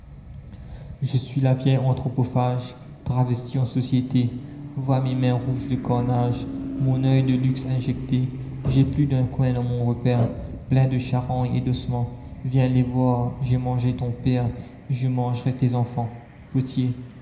je suis la vieille anthropophage travestie en société vois mes mains rouges de carnage mon œil de luxe injecté j'ai plus d'un coin dans mon repaire plein de charogne et d'ossements viens les voir j'ai mangé ton père et je mangerai tes enfants